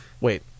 Wait